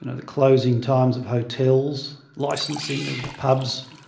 and the closing times of hotels, licensing of pubs,